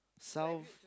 south